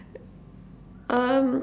um